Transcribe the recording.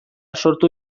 sortu